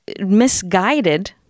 Misguided